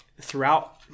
throughout